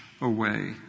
away